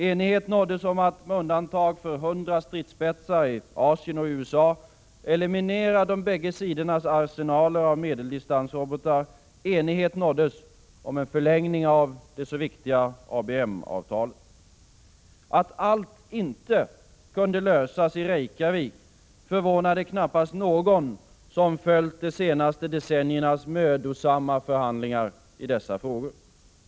Enighet nåddes om att, med undantag för 100 stridsspetsar i Asien och i USA, eliminera de bägge sidornas arsenaler av medeldistansrobotar. Enighet nåddes om en förlängning av det så viktiga ABM-avtalet. Att allt inte kunde lösas i Reykjavik förvånade knappast någon som följt de senaste decenniernas mödosamma förhandlingar i dessa frågor.